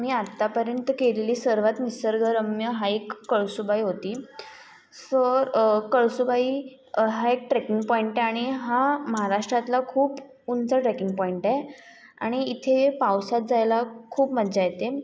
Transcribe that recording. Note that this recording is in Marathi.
मी आत्तापर्यंत केलेली सर्वात निसर्गरम्य हाईक कळसूबाई होती सर कळसूबाई हा एक ट्रेकिंग पॉइंट आहे आणि हा महाराष्ट्रातला खूप उंच ट्रेकिंग पॉइंट आहे आणि इथे पावसात जायला खूप मज्जा येते